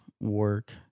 work